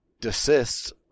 desists